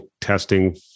testing